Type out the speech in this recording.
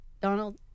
Donald